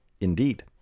Indeed